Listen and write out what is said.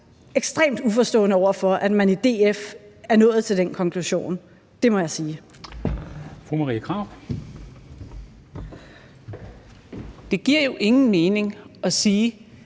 ekstremt uforstående over for, at man i DF er nået til den konklusion – det må jeg sige. Kl. 13:28 Formanden (Henrik